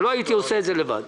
לא הייתי עושה את זה לבד.